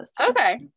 okay